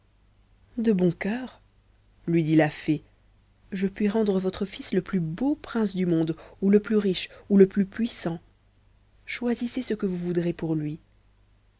de bon cœur lui dit la fée je puis rendre votre fils le plus beau prince du monde ou le plus riche ou le plus puissant choisissez ce que vous voudrez pour lui